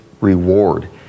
reward